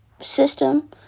system